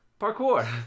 Parkour